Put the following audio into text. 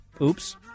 oops